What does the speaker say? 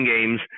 games